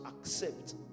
accept